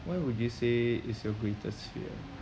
why would you say is your greatest fear